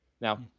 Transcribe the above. Now